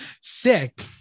sick